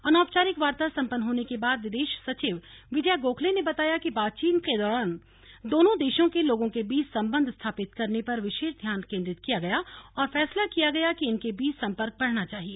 अनौपचारिक वार्ता सम्पन्न होने के बाद विदेश सचिव विजय गोखले ने बताया कि बातचीत के दौरान दोनों देशों के लोगों के बीच संबंध स्थापित करने पर विशेष ध्यान केन्द्रित किया गया और फैसला किया गया कि इनके बीच संपर्क बढ़ना चाहिए